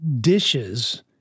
dishes